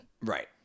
right